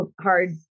hard